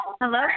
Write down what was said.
Hello